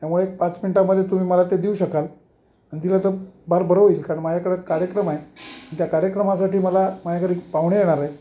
त्यामुळे पाच मिनटामध्ये तुम्ही मला ते देऊ शकाल अन दिला तर फार बरं होईल कारण माझ्याकडं कार्यक्रम आहे त्या कार्यक्रमासाठी मला माझ्याकडे पाहुणे येणार आहे